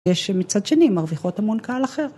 יש מצד שני מרוויחות המון קהל אחר.